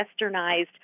westernized